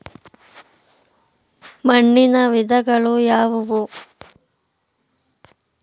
ಮಣ್ಣಿನ ವಿಧಗಳು ಯಾವುವು?